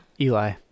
Eli